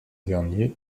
derniers